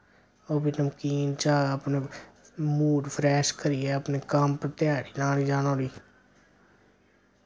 ओह् बी नमकीन चाह् अपने मूड फ्रैश करियै अपने कम्म ते ध्याड़ी लाने ईजाना उठी